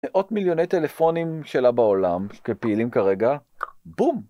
מאות מיליוני טלפונים שלה בעולם שפעילים כרגע, בום.